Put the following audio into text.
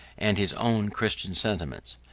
and his own christian sentiments,